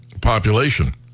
population